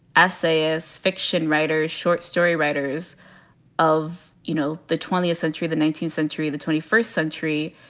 s a s. fiction writers, short story writers of, you know, the twentieth century, the nineteenth century, the twenty first century.